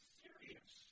serious